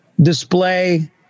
display